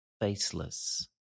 faceless